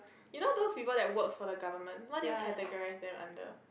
you know those people that works for the government what do you categorise them under